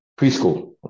preschool